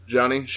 Johnny